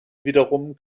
wiederum